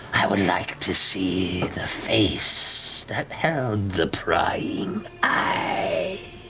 i would like to see the face that held the prying eye.